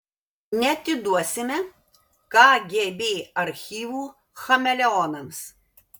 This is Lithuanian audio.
neatiduosime kgb archyvų chameleonams